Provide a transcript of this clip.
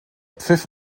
pfiff